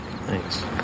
Thanks